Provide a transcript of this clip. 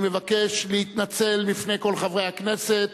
אני מבקש להתנצל בפני כל חברי הכנסת: